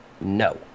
No